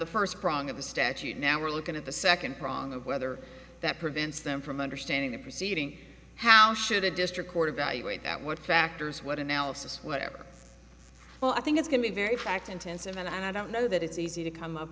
a statute now we're looking at the second prong of whether that prevents them from understanding the proceeding how should a district court a value weight that what factors what analysis whatever well i think it's going to be very fact intensive and i don't know that it's easy to come up